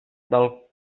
del